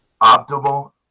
optimal